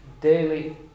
daily